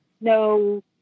no